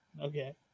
Okay